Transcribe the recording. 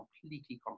completely